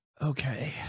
Okay